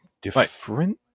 Different